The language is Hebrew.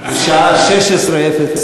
בשעה 16:00,